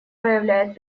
проявляет